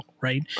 right